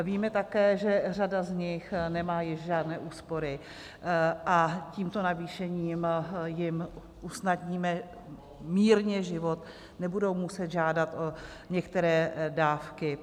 Víme také, že řada z nich nemá již žádné úspory a tímto navýšením jim usnadníme mírně život, nebudou muset žádat o některé dávky.